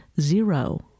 zero